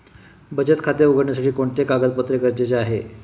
बचत खाते उघडण्यासाठी कोणते कागदपत्रे गरजेचे आहे?